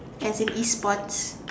as in E sports